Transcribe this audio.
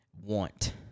want